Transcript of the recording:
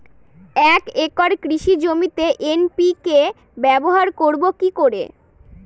এক একর কৃষি জমিতে এন.পি.কে ব্যবহার করব কি করে?